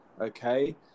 okay